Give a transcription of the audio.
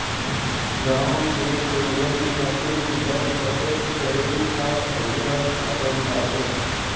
गांव के लोगन खातिर गुल्लक बचत करे कअ बढ़िया साधन बाटे